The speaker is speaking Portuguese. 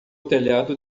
telhado